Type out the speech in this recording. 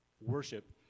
worship